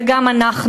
וגם אנחנו.